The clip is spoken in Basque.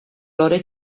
lore